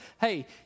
hey